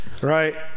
right